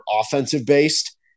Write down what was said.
offensive-based